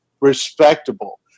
respectable